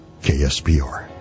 KSPR